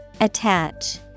Attach